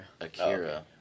Akira